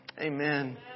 Amen